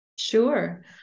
Sure